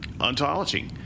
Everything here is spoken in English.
ontology